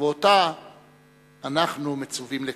ואותה אנחנו מצווים לקיים.